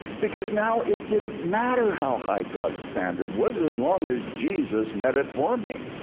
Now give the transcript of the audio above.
because now it didn't matter how high god's standard was, as long as jesus met it for me.